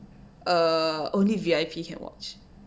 err only V_I_P can watch